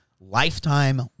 lifetime